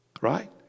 Right